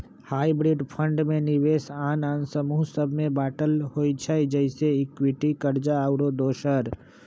hybrid fund में निवेश आन आन समूह सभ में बाटल होइ छइ जइसे इक्विटी, कर्जा आउरो दोसर